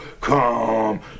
Come